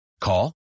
Call